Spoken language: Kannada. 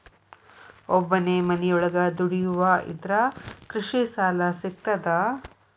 ಒಬ್ಬನೇ ಮನಿಯೊಳಗ ದುಡಿಯುವಾ ಇದ್ರ ಕೃಷಿ ಸಾಲಾ ಸಿಗ್ತದಾ?